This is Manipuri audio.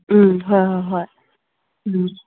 ꯎꯝ ꯍꯣꯏ ꯍꯣꯏ ꯍꯣꯏ ꯎꯝ